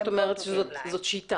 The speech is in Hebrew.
כלומר מה שאת אומרת שזאת שיטה.